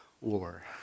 war